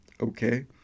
Okay